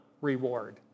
reward